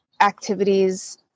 activities